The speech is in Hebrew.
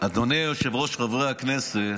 אדוני היושב-ראש, חברי הכנסת,